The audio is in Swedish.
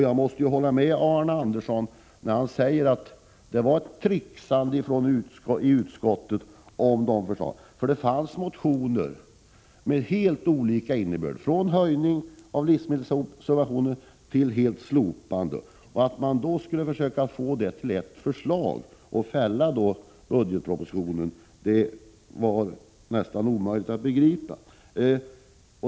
Jag måste hålla med Arne Andersson i Ljung när han säger att det var ett tricksande i utskottet om förslagen. Det fanns motioner med helt olika innebörd, från höjning av livsmedelssubventionerna till fullständigt slopande av dem. Att man skulle lyckas få ihop detta till ett förslag och således fälla budgetpropositionen var nästan omöjligt att begripa.